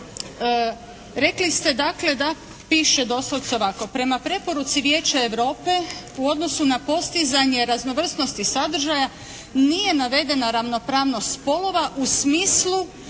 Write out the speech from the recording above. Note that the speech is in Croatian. rekli ste dakle da piše doslovce ovako: "Prema preporuci Vijeća Europe u odnosu na postizanje raznovrsnosti sadržaja nije navedena ravnopravnost spolova u smislu